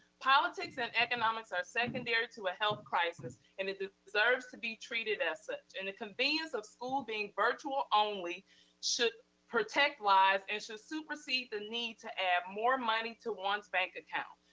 politics and economics are secondary to a health crisis and it deserves to be treated as such and the convenience of school being virtual only should protect lives and should supersede the need to add more money to one's bank account.